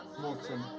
Morton